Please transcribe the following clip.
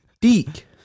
Deek